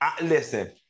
listen